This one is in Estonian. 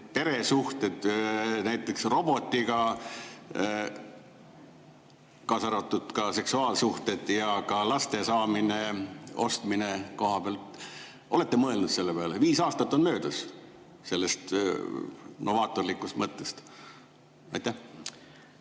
peresuhted näiteks robotiga, kaasa arvatud seksuaalsuhted ja laste saamine-ostmine? Olete mõelnud selle peale? Viis aastat on möödas sellest novaatorlikust mõttest. Antud